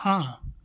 हाँ